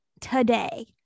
today